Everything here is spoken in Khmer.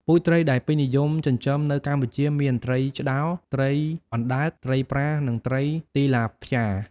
ពូជត្រីដែលពេញនិយមចិញ្ចឹមនៅកម្ពុជាមាន ត្រីឆ្តោរ ត្រីអណ្តើក ត្រីប្រា និង ត្រីទីឡាព្យ៉ា។